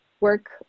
work